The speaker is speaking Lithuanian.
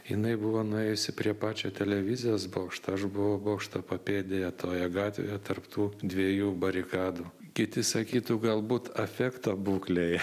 jinai buvo nuėjusi prie pačio televizijos bokšto aš buvau bokšto papėdėje toje gatvėje tarp tų dviejų barikadų kiti sakytų galbūt afekto būklėje